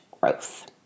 growth